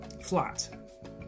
...flat